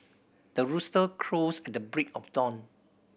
the rooster crows at the break of dawn